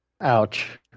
Ouch